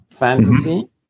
Fantasy